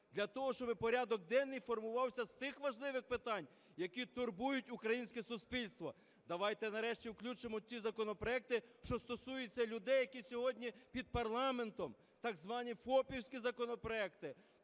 для того, щоб порядок денний формувався з тих важливих питань, які турбують українське суспільство. Давайте нарешті включимо ті законопроекти, що стосуються людей, які сьогодні під парламентом, так звані фопівські законопроекти.